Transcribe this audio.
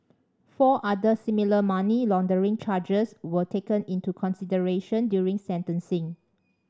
four other similar money laundering charges were taken into consideration during sentencing